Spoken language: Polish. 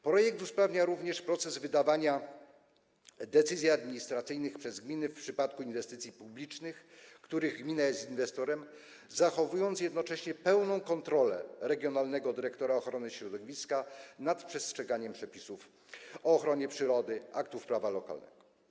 Projekt usprawnia również proces wydawania decyzji administracyjnych przez gminy w przypadku inwestycji publicznych, w przypadku których gmina jest inwestorem, z jednoczesnym zachowaniem pełnej kontroli regionalnego dyrektora ochrony środowiska nad przestrzeganiem przepisów o ochronie przyrody, aktów prawa lokalnego.